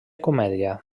comèdia